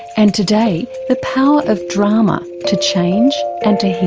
and today the power of drama to change and to